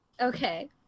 Okay